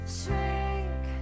shrink